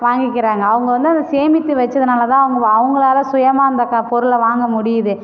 வாங்கிக்கிறாங்க அவங்க வந்து அதை சேமித்து வச்சதுனாலதான் அவங்கள அவங்களால சுயமாக அந்த க பொருளை வாங்க முடியிது